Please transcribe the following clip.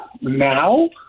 now